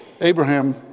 Abraham